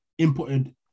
inputted